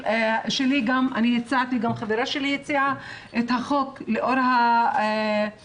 אני הצעתי וגם חברתי הציעה את החוק לאור המחקרים